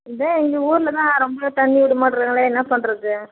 இது எங்கள் ஊரில் தான் ரொம்ப தண்ணி விட மாட்றாங்களே என்ன பண்ணுறது